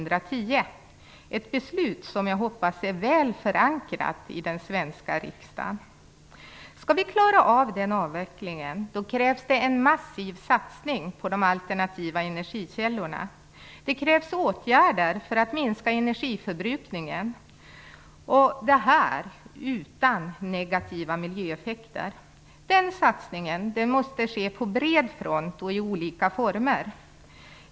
Det är ett beslut som jag hoppas är väl förankrat i den svenska riksdagen. Om vi skall klara av att genomföra den avvecklingen krävs en massiv satsning på de alternativa energikällorna. Det krävs åtgärder för att minska energiförbrukningen. Detta skall ske utan att negativa miljöeffekter uppstår. Den satsningen måste ske på bred front och i olika former.